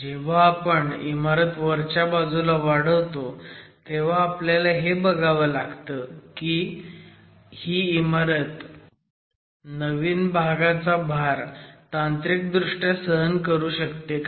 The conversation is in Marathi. जेव्हा आपण इमारत वरच्या बाजूला वाढवतो तेव्हा आपल्याला हे बघावं लागेल की ही इमारत नवीन भागाचा भार तांत्रिक दृष्ट्या सहन करू शकते का